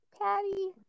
Patty